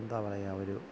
എന്താ പറയുക ഒരു